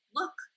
look